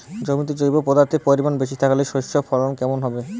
জমিতে জৈব পদার্থের পরিমাণ বেশি থাকলে শস্যর ফলন কেমন হবে?